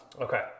Okay